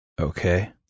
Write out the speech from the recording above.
Okay